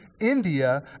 India